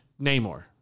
Namor